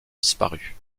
disparu